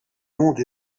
monde